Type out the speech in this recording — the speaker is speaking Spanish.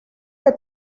que